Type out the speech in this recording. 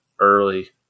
early